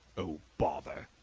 oh, bother!